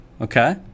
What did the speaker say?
okay